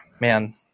man